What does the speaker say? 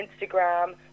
Instagram